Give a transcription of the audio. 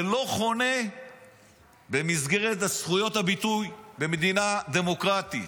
זה לא חונה במסגרת זכויות הביטוי במדינה דמוקרטית.